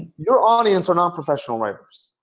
your audience are not professional writers.